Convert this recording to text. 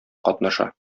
катнаша